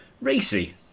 racy